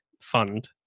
fund